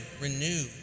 renew